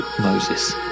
moses